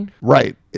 Right